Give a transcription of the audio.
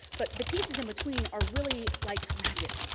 but the pieces in between are really like magic.